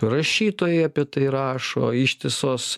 rašytojai apie tai rašo ištisos